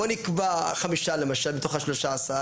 בואו נקבע חמישה למשל מתוך ה-13,